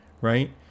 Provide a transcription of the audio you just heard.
right